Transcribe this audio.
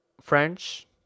French